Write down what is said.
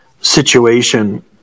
situation